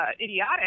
idiotic